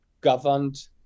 governed